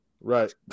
Right